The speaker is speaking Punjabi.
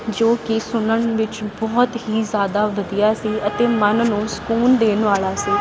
ਜੋ ਕਿ ਸੁਣਨ ਵਿੱਚ ਬਹੁਤ ਹੀ ਜ਼ਿਆਦਾ ਵਧੀਆ ਸੀ ਅਤੇ ਮਨ ਨੂੰ ਸਕੂਨ ਦੇਣ ਵਾਲਾ ਸੀ